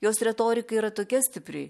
jos retorika yra tokia stipri